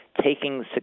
taking